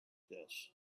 this